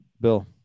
Bill